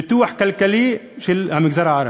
פיתוח כלכלי של המגזר הערבי.